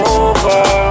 over